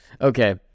Okay